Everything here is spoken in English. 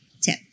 tip